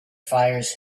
fires